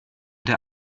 der